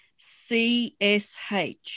CSH